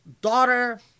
daughter